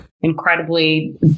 incredibly